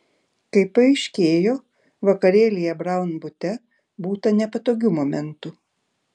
kaip paaiškėjo vakarėlyje braun bute būta nepatogių momentų